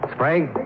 Sprague